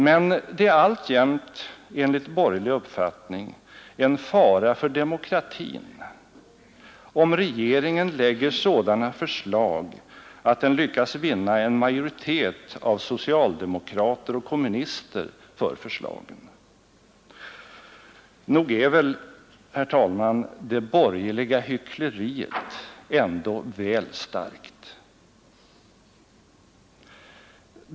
Men det är, alltjämt enligt borgerlig uppfattning, en fara för demokratin om regeringen framlägger sådana förslag att den lyckas vinna en majoritet av socialdemokraterna och kommunisterna för förslagen. Nog är, herr talman, det borgerliga hyckleriet ändå väl starkt!